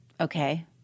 okay